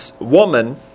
woman